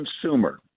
consumer